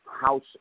house